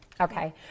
okay